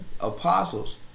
apostles